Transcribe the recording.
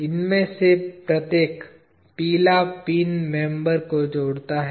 इनमें से प्रत्येक पीला पिन मेंबर को जोड़ता है